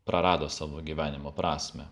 prarado savo gyvenimo prasmę